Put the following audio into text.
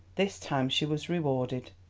this time she was rewarded.